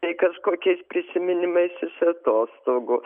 tai kažkokiais prisiminimais iš atostogų